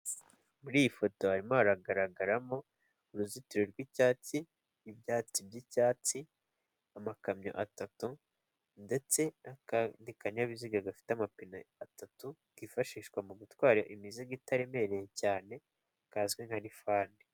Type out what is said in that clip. Muri iyi foto harimo haragaragaramo uruzitiro rw'icyatsi n'ibyatsi by'icyatsi, amakamyo atatu ndetse n'akandi kanyabiziga gafite amapine atatu kifashishwa mu gutwara imizigo itaremereye cyane kazwi nka rifani.